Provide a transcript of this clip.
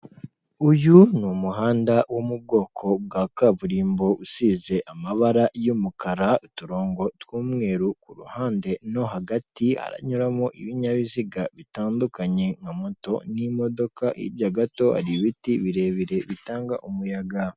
Uyu umuhanda wo mu bwoko bwa kaburimbo usize amabara y'umukara, uturongo tw'umweru, ku ruhande no hagati aranyuramo ibinyabiziga bitandukanye nka moto n'imodoka hirya gato hari ibiti birebire bitanga umuyaga.